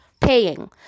paying